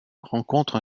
rencontre